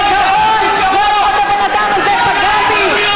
הבן אדם הזה פגע בי,